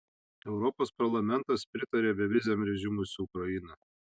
europos parlamentas pritarė beviziam režimui su ukraina